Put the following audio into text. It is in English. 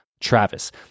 Travis